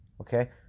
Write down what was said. okay